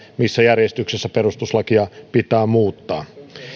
missä järjestyksessä perustuslakia pitää muuttaa